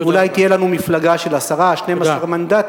ואולי תהיה לנו מפלגה של 10 12 מנדטים,